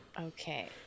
Okay